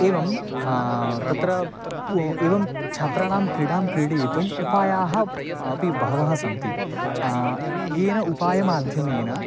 एवं तत्र एवं छात्राणां क्रीडां क्रीडितुम् उपायाः अपि बहवः सन्ति येन उपायमाध्यमेन